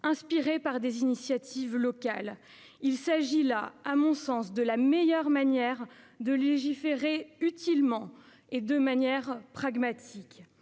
inspirée par des initiatives locales. Il s'agit là, à mon sens, de la meilleure manière de légiférer utilement et de manière pragmatique.